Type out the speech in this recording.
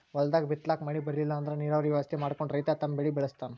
ಹೊಲ್ದಾಗ್ ಬಿತ್ತಲಾಕ್ ಮಳಿ ಬರ್ಲಿಲ್ಲ ಅಂದ್ರ ನೀರಾವರಿ ವ್ಯವಸ್ಥೆ ಮಾಡ್ಕೊಂಡ್ ರೈತ ತಮ್ ಬೆಳಿ ಬೆಳಸ್ತಾನ್